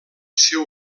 seu